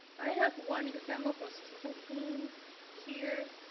i have one example for stephen king here.